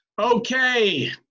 Okay